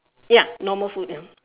ya normal food ya